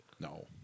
No